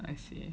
I see